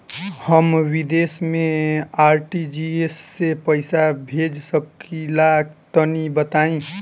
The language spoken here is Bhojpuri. हम विदेस मे आर.टी.जी.एस से पईसा भेज सकिला तनि बताई?